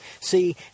See